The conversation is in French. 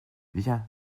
viens